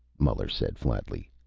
muller said flatly.